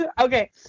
Okay